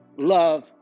Love